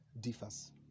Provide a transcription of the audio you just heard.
differs